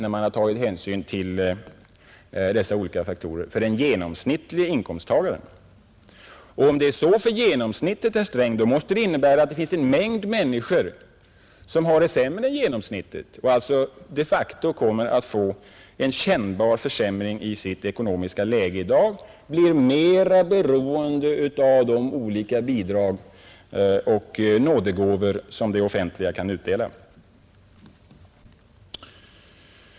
Om det är så för genomsnittet, måste det innebära att det finns en mängd människor som har det sämre och alltså de facto kommer att få en kännbar försämring av sin ekonomi och blir mer beroende av de olika bidrag och nådegåvor som det offentliga kan utdela.